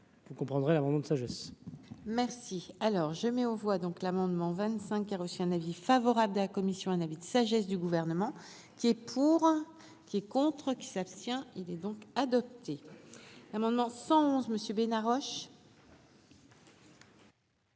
vous comprendrez, moment de sagesse. Merci, alors je mets aux voix donc l'amendement a reçu un avis favorable de la commission, un avis de sagesse du gouvernement qui est pour, qui est contre qui s'abstient, il est donc adopté l'amendement sens monsieur Bena Roche.